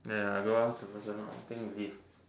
ya you go ask the person lor think you leave